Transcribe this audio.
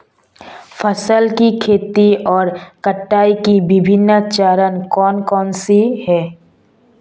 फसल की खेती और कटाई के विभिन्न चरण कौन कौनसे हैं?